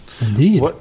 Indeed